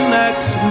next